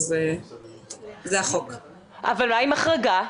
אז --- אבל מה עם החרגה,